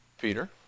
Peter